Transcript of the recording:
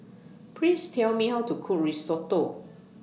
Please Tell Me How to Cook Risotto